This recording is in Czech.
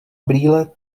brýle